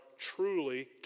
truly